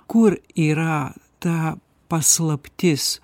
kur yra ta paslaptis